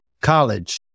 College